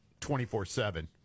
24-7